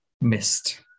missed